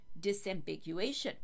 disambiguation